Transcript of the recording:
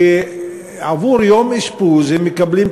ובעבור יום אשפוז הם מקבלים,